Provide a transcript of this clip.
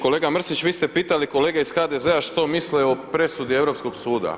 Kolega Mrsić, vi ste pitali kolege iz HDZ-a što misle o presudi Europskog suda.